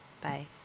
Bye